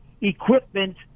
equipment